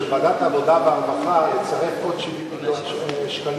לגבי ההחלטה של ועדת העבודה והרווחה לצרף עוד 70 מיליון שקלים.